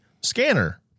scanner